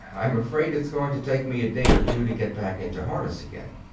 i'm afraid it's going to take me a day or two to get back into harness again.